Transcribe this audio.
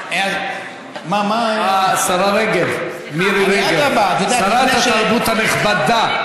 השרה מירי רגב, שרת התרבות הנכבדה.